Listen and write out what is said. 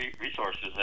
resources